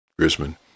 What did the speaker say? Grisman